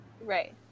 right